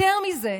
יותר מזה,